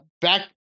back